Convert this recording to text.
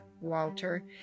Walter